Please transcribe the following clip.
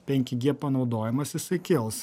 penki gie panaudojimas jisai kils